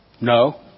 No